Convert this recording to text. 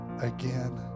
again